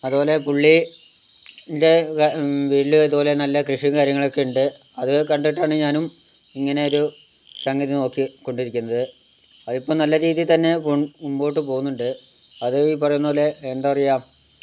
അതുപോലെ പുള്ളി എൻ്റെ വീട്ടില് ഇതുപോലെ തന്നെ എല്ലാ കൃഷിയും കാര്യങ്ങളുമൊക്കെയുണ്ട് അത് കണ്ടിട്ടാണ് ഞാനും ഇങ്ങനെയൊരു സംഗതി നോക്കി കൊണ്ടിരിക്കുന്നത് അതിപ്പോൾ നല്ല രീതിയിൽ തന്നെ കൊണ്ട് മുന്നോട് പോകുന്നുണ്ട് അത് ഈ പറയുന്ന പോലെ എന്താ പറയുക